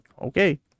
Okay